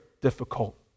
difficult